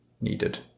needed